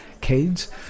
kids